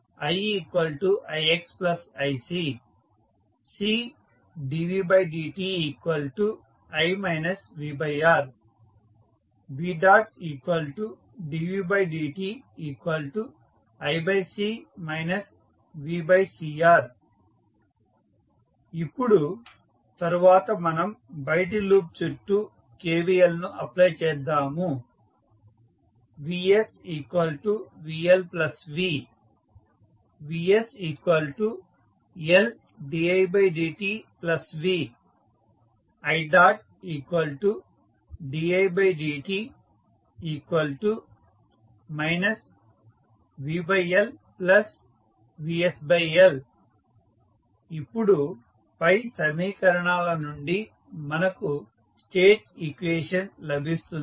i ixiC Cdvdt i vR vdvdtiC vCR ఇప్పుడు తరువాత మనం బయటి లూప్ చుట్టూ KVL ను అప్లై చేద్దాము vsvL v vs Ldidt v ididt vLvsL ఇప్పుడు పై సమీకరణాల నుండి మనకు స్టేట్ ఈక్వేషన్ లభిస్తుంది